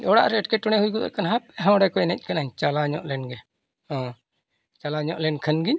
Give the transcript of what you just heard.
ᱚᱲᱟᱜ ᱨᱮ ᱮᱴᱠᱮᱴᱚᱬᱮ ᱦᱩᱭ ᱜᱚᱫᱚᱜ ᱠᱷᱟᱱ ᱦᱟᱯᱮ ᱚᱸᱰᱮᱠᱚ ᱮᱱᱮᱡ ᱠᱟᱱᱟ ᱪᱟᱞᱟᱣ ᱧᱚᱜ ᱞᱮᱱᱜᱮᱧ ᱦᱮᱸ ᱪᱟᱞᱟᱣ ᱧᱚᱜ ᱞᱮᱱᱠᱷᱟᱱ ᱜᱮᱧ